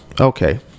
okay